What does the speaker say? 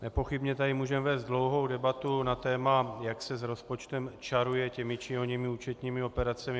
Nepochybně tady můžeme vést dlouhou debatu na téma, jak se s rozpočtem čaruje těmi či oněmi účetními operacemi.